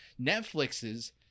Netflix's